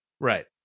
Right